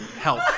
help